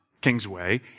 Kingsway